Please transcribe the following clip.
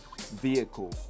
vehicle